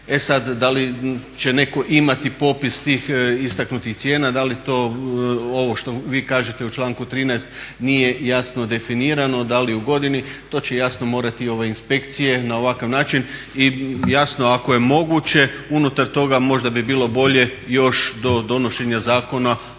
E sad, da li će neko imati popis tih istaknutih cijena, da li to ovo što vi kažete u članku 13. nije jasno definirano, da li u godini, to će jasno morati ove inspekcije na ovakav način i jasno ako je moguće unutar toga možda bi bilo bolje još do donošenja zakon